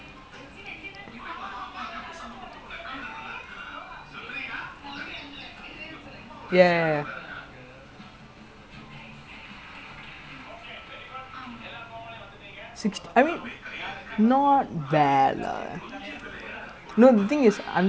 oh ya ஆமா ஆமா:aamaa aamaa like முதல்ல அவ வாங்குனான் அவன் வாங்குனான்:mudhalla ava vaangunaan avan vaangunaan he go like some Adidas outlet shop at the changi city point but அறுவத்து நாலு விலைக்கு வந்து எதோ ஒரு:aruvathu naalu vilaikku vanthu etho oru Adidas shoe வாங்குனான்:vaangunaan not bad lah but quite waste lah I would say sixty four dollars like இப்போதைக்கு:ippothaikku no need to invest so much in running shoe [what]